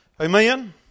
Amen